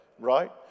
right